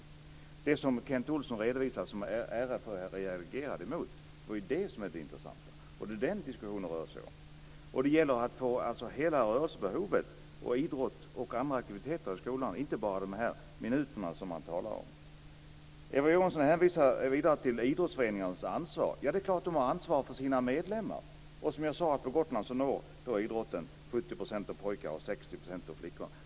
Det är det som Kent Olsson redovisade att RF hade reagerat emot som är det intressanta, och det är det diskussionen rör sig om. Det gäller alltså hela rörelsebehovet, idrotten och andra aktiviteter i skolan och inte bara de minuter som man talar om. Eva Johansson hänvisar vidare till idrottsföreningarnas ansvar. Det är klart att de har ansvar för sina medlemmar. Som jag sade når på Gotland idrotten 70 % av pojkarna och 60 % av flickorna.